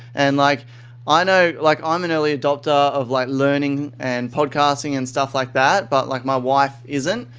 and like um you know like um an early adopter of like learning and podcasting and stuff like that but like my wife isn't.